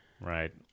Right